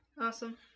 Awesome